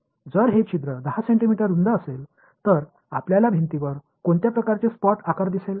जर हे छिद्र 10 सेंटीमीटर रूंद असेल तर आपल्याला भिंतीवर कोणत्या प्रकारचे स्पॉट आकार दिसेल